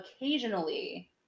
occasionally